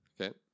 Okay